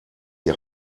die